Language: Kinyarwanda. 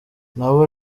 nabo